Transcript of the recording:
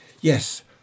Yes